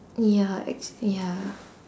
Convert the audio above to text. ya actually ya